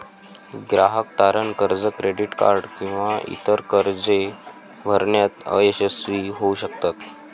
ग्राहक तारण कर्ज, क्रेडिट कार्ड किंवा इतर कर्जे भरण्यात अयशस्वी होऊ शकतात